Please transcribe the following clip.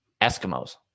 Eskimos